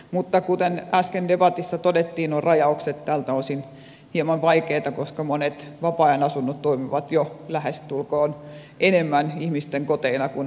mutta kuten äsken debatissa todettiin nuo rajaukset tältä osin ovat hieman vaikeita koska monet vapaa ajan asunnot toimivat jo lähestulkoon enemmän ihmisten koteina kuin varsinaiset kaupunkiasunnot